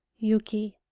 yuki.